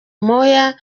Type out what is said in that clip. moya